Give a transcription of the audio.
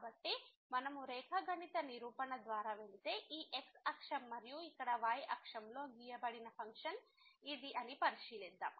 కాబట్టి మనము రేఖాగణిత నిరూపణ ద్వారా వెళితే ఈ x అక్షం మరియు ఇక్కడ y అక్షంలో గీయబడిన ఫంక్షన్ ఇది అని పరిశీలిద్దాం